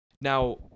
Now